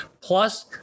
Plus